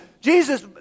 Jesus